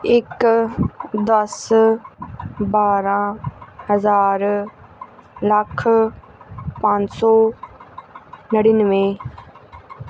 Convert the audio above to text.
ਇੱਕ ਦਸ ਬਾਰ੍ਹਾਂ ਹਜ਼ਾਰ ਲੱਖ ਪੰਜ ਸੌ ਨੜਿਨਵੇਂ